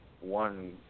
one